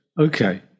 okay